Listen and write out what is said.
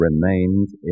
remains